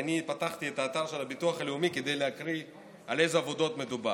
פתחתי את האתר של הביטוח הלאומי כדי לקרוא על איזה עבודות מדובר: